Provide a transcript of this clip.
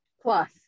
Plus